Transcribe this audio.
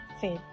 fit